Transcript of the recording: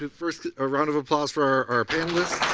first, a round of applause for our panelists.